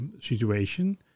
situation